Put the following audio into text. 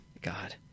God